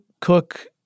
Cook